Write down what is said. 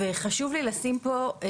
וחשוב לי לשים פה.